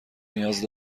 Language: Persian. نیاز